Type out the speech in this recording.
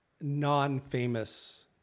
non-famous